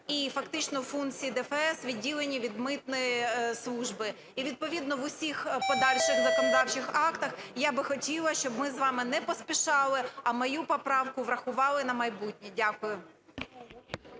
і фактично функції ДФС відділені від митної служби. І відповідно в усіх подальших законодавчих актах я би хотіла, щоб ми з вами не поспішали, а мою поправку врахували на майбутнє. Дякую.